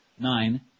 Nine